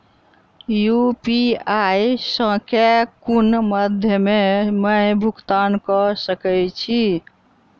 UPI सऽ केँ कुन मध्यमे मे भुगतान कऽ सकय छी?